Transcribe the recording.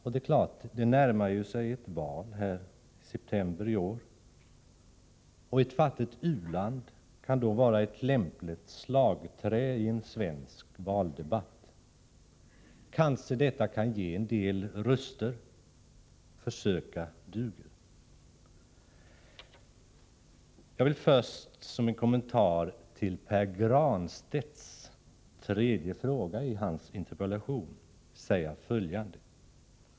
Vi närmar oss ju valet i september i år, och det är klart att ett fattigt u-land då kan vara ett lämpligt slagträ i en svensk valdebatt. Kanske det kan ge en del röster. Försöka duger! Jag vill först som en kommentar till Pär Granstedts tredje fråga i hans interpellation säga följande.